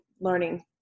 learning